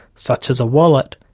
such as a wallet,